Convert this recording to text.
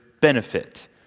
benefit